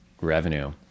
revenue